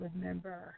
remember